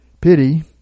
Pity